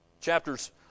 Chapters